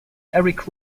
eric